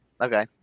Okay